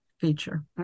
feature